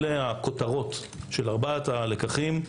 אלה הכותרות של ארבעת הלקחים.